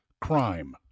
Crime